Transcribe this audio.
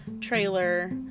trailer